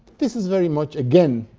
this is very much, again,